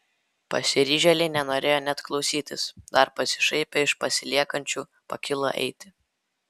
pasiryžėliai nenorėjo net klausytis dar pasišaipę iš pasiliekančių pakilo eiti